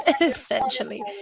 essentially